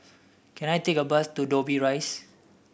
can I take a bus to Dobbie Rise